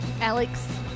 Alex